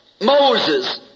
Moses